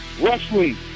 Wrestling